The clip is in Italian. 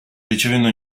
ricevendo